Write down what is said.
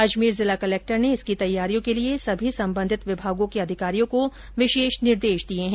अजमेर के जिला कलक्टर ने इसकी तैयारियों के लिए सभी संबंधित विभागों के अधिकारियों को विशेष निर्देश दिये हैं